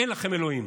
אין לכם אלוהים.